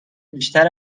بیشتر